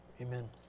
amen